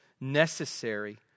necessary